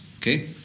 Okay